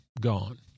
gone